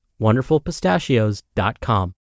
WonderfulPistachios.com